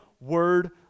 word